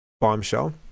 bombshell